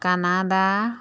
Canada